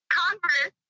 congress